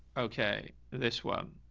okay. this one.